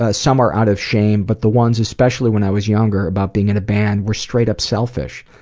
ah some are out of shame but the ones especially when i was younger about being in a band were straight up selfish.